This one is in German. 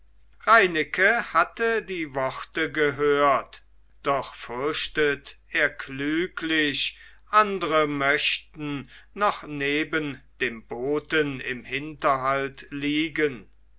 reineke hatte die worte gehört doch fürchtet er klüglich andre möchten noch neben dem boten im hinterhalt liegen